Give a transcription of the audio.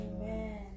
Amen